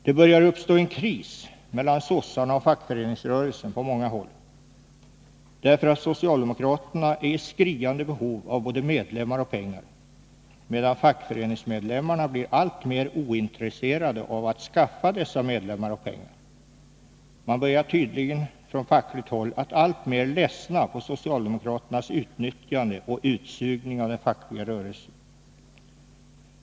Det börjar uppstå en kris mellan sossarna och fackföreningsrörelsen på många håll därför att socialdemokraterna är i skriande behov av både medlemmar och pengar, medan fackföreningsmedlemmarna blir alltmer ointresserade av att skaffa dessa medlemmar och pengar. Man börjar tydligen på fackligt håll alltmer ledsna på socialdemokraternas utnyttjande och utsugning av den fackliga rörelsen.